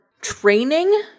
training